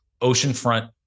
oceanfront